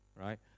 right